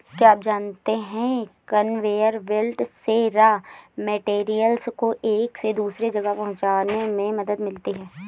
क्या आप जानते है कन्वेयर बेल्ट से रॉ मैटेरियल्स को एक से दूसरे जगह पहुंचने में मदद मिलती है?